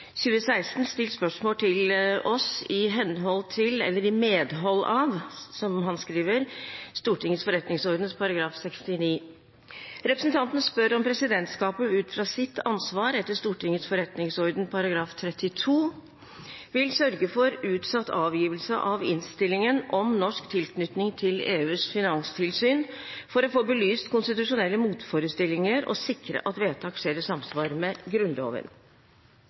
2016 stilt spørsmål til oss i medhold av, som han skriver, Stortingets forretningsorden § 69. Representanten spør om presidentskapet ut fra sitt ansvar etter Stortingets forretningsorden § 32 vil sørge for utsatt avgivelse av innstillingen om norsk tilknytning til EUs finanstilsyn for å få belyst konstitusjonelle motforestillinger og sikre at vedtak skjer i samsvar med Grunnloven.